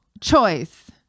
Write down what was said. choice